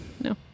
No